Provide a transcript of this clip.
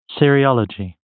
Seriology